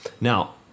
Now